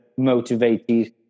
motivated